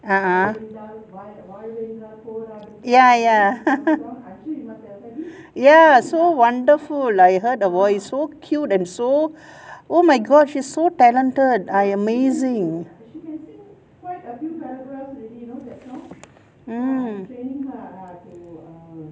uh uh ya ya ya so wonderful I heard her voice so cute and so oh my god she's so talented I amazing mm